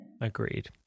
Agreed